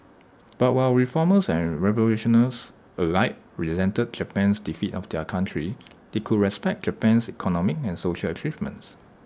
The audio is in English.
but while reformers and revolutionaries alike resented Japan's defeat of their country they could respect Japan's economic and social achievements